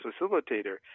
facilitator